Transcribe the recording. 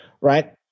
right